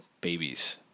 babies